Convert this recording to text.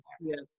Yes